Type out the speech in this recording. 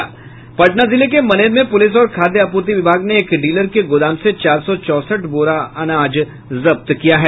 पटना जिले के मनेर में पुलिस और खाद्य आपूर्ति विभाग ने एक डीलर के गोदाम से चार सौ चौसठ बोरा अनाज जब्त किया है